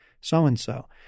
so-and-so